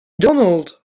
donald